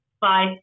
Bye